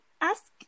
ask